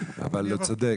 אבל הוא צודק.